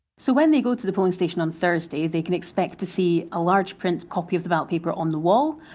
so, when they go to the polling station on thursday, they can expect to see a large print copy of ballot paper on the wall.